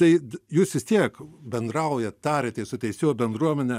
tai jūs vis tiek bendraujat tariatės su teisėjų bendruomene